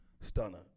Stunner